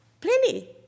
plenty